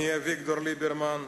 אני, אביגדור ליברמן,